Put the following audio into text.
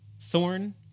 Thorn